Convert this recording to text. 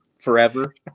forever